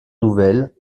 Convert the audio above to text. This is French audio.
nouvelles